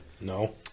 No